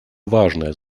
важная